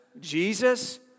Jesus